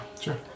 Sure